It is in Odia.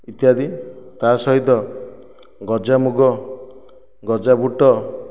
ଇତ୍ୟାଦି ତା ସହିତ ଗଜା ମୁଗ ଗଜା ବୁଟ